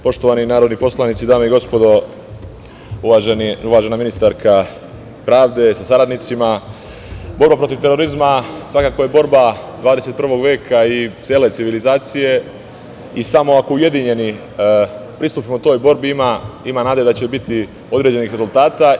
Poštovani narodni poslanici, dame i gospodo, uvažena ministarka pravde sa saradnicima, borba protiv terorizma svakako je borba 21. veka i cele civilizacije i samo ako ujedinjeni pristupimo toj borbi ima nade da će biti određenih rezultata.